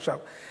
עכשיו,